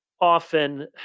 often